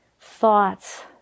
thoughts